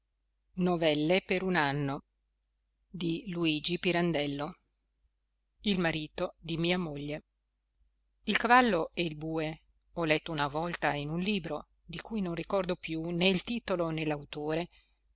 la forza di ribellarvisi e di trionfarne il cavallo e il bue ho letto una volta in un libro di cui non ricordo più né il titolo